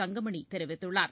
தங்கமணிதெரிவித்துள்ளார்